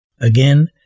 Again